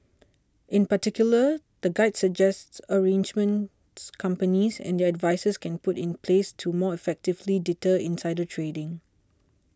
in particular the guide suggests arrangements companies and their advisers can put in place to more effectively deter insider trading